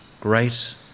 great